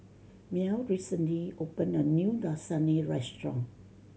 Mel recently opened a new Lasagne Restaurant